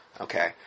Okay